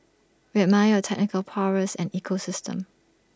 we admire your technical prowess and ecosystem